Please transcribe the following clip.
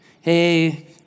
Hey